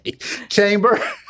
Chamber